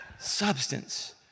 Substance